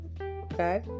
Okay